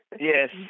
Yes